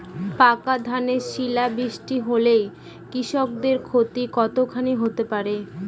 পাকা ধানে শিলা বৃষ্টি হলে কৃষকের ক্ষতি কতখানি হতে পারে?